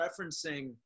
referencing